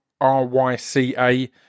R-Y-C-A